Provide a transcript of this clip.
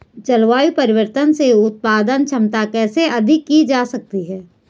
जलवायु परिवर्तन से उत्पादन क्षमता कैसे अधिक की जा सकती है?